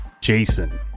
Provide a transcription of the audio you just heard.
jason